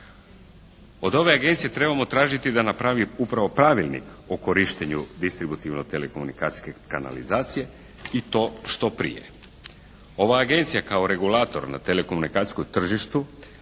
Od ove agencije trebamo tražiti da napravi upravo pravilnik o korištenju distributivno telekomunikacijske telekomunikacije i to što prije. Ova agencija kao regulator na telekomunikacijskom tržištu